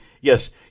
yes